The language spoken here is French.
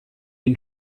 une